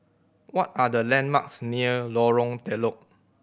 what are the landmarks near Lorong Telok